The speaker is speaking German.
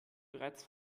bereits